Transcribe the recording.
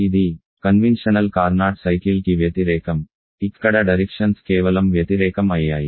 ఇది సంప్రదాయ Carnot cycle కి వ్యతిరేకం ఇక్కడ దిశలు కేవలం వ్యతిరేకం అయ్యాయి